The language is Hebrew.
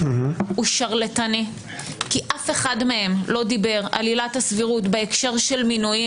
הוא שרלטני כי אף אחד מהם לא דיבר על עילת הסבירות בהקשר של מינויים.